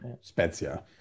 Spezia